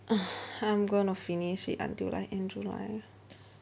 ugh I'm gonna finish it until like end july